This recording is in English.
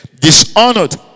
dishonored